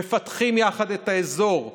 מפתחים יחד את האזור,